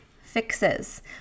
fixes